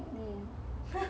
hmm